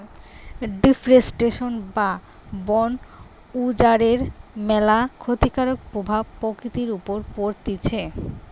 deforestation বা বন উজাড়ের ম্যালা ক্ষতিকারক প্রভাব প্রকৃতির উপর পড়তিছে